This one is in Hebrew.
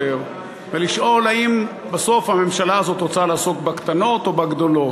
ולשאול: האם בסוף הממשלה הזאת רוצה לעסוק בקטנות או בגדולות?